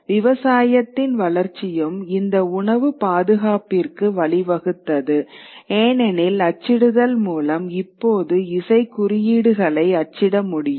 விவசாயத்தின் வளர்ச்சியும் இந்த உணவு பாதுகாப்பிற்கு வழிவகுத்தது ஏனெனில் அச்சிடுதல் மூலம் இப்போது இசை குறியீடுகளை அச்சிட முடியும்